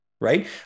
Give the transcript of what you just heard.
right